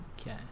Okay